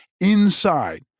inside